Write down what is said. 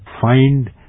find